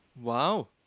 Wow